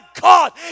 God